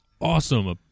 awesome